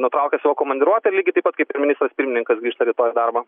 nutraukė savo komandiruotę lygiai taip pat kaip ir ministras pirmininkas grįžta rytoj į pagalbą